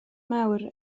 mawr